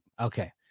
Okay